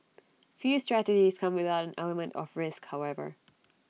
few strategies come without an element of risk however